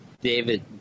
David